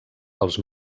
els